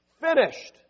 finished